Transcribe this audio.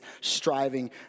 striving